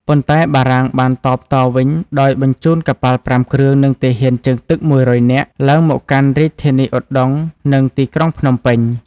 ប៉ុន្តែបារាំងបានតបតវិញដោយបញ្ជូនកប៉ាល់ប្រាំគ្រឿង និងទាហានជើងទឹក ១០០ នាក់ ឡើងមកកាន់រាជធានីឧដុង្គ និងទីក្រុងភ្នំពេញ។